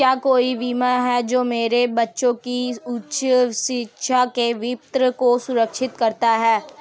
क्या कोई बीमा है जो मेरे बच्चों की उच्च शिक्षा के वित्त को सुरक्षित करता है?